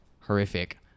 horrific